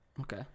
Okay